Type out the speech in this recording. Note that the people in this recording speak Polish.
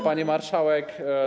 Pani Marszałek!